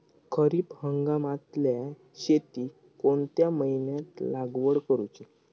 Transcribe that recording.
खरीप हंगामातल्या शेतीक कोणत्या महिन्यात लागवड करूची?